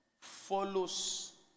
follows